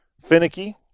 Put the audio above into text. finicky